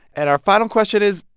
and our final question is,